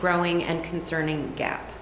growing and concerning gap